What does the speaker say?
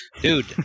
Dude